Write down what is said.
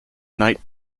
night